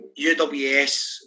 UWS